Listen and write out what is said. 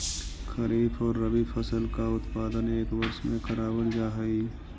खरीफ और रबी फसल का उत्पादन एक वर्ष में करावाल जा हई